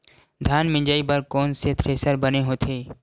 धान मिंजई बर कोन से थ्रेसर बने होथे?